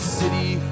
city